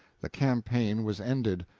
the campaign was ended,